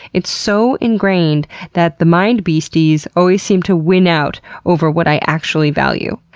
it's so ingrained that the mind beasties always seem to win out over what i actually value.